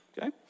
okay